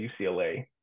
UCLA